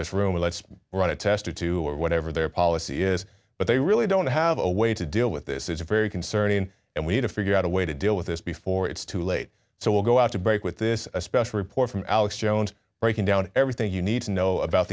this room let's run a test or two or whatever their policy is but they really don't have a way to deal with this is very concerning and we need to figure out a way to deal with this before it's too late so we'll go out to break with this a special report from alex jones breaking down everything you need to know about